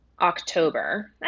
October